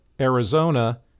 Arizona